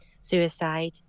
suicide